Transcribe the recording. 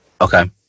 Okay